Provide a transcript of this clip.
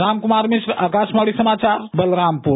रामकुमार मिश्र आकाशवाणी समाचार बलरामपुर